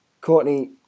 Courtney